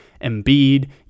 Embiid